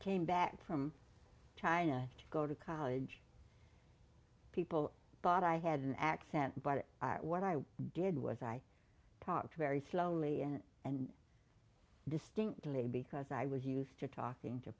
came back from china to go to college people thought i had an accent but what i did was i talked very slowly and and distinctly because i was used to talking to